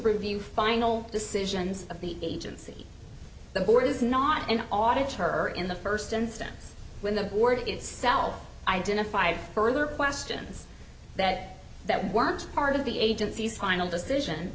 review final decisions of the agency the board is not an auditor or in the first instance when the board itself identified further questions that that wasn't part of the agency's final decision